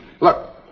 Look